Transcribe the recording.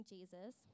Jesus